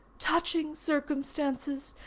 touching circumstances!